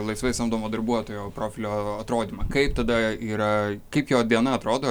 laisvai samdomo darbuotojo profilio atrodymą kaip tada yra kaip jo diena atrodo